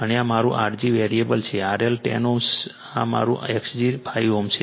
અને આ મારું R g વેરીએબલ છે RL 10 Ω આ મારું Xg 5 Ω છે